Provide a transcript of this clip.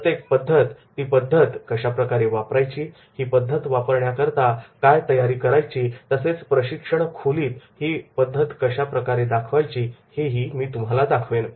प्रत्येक पद्धत ती पद्धत कशाप्रकारे वापरायची ही पद्धत वापरण्याकरता काय तयारी करायची तसेच प्रशिक्षण खोलीत ही पद्धत कशाप्रकारे दाखवायची हे मी दाखवेन